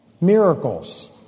miracles